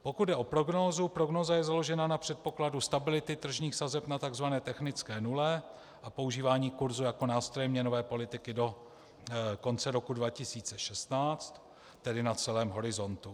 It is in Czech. Pokud jde o prognózu, prognóza je založena na předpokladu stability tržních sazeb na tzv. technické nule a používání kursu jako nástroje měnové politiky do konce roku 2016, tedy na celém horizontu.